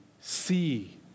see